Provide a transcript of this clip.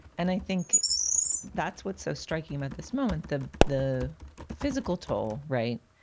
and i think that's what's so striking about this moment. the the physical toll, right,